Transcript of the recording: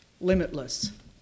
limitless